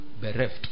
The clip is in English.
bereft